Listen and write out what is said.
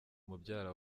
mubyara